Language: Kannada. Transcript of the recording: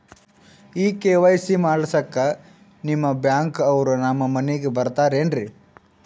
ಈ ಕೆ.ವೈ.ಸಿ ಮಾಡಸಕ್ಕ ನಿಮ ಬ್ಯಾಂಕ ಅವ್ರು ನಮ್ ಮನಿಗ ಬರತಾರೆನ್ರಿ?